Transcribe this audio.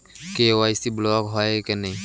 KYC block হয় কেনে?